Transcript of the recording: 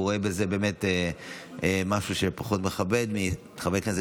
הוא רואה בזה באמת משהו שפחות מכבד חברי כנסת